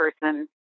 person